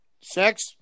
Six